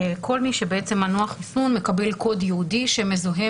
כל מי שמנוע חיסון מקבל קוד ייעודי שמזוהה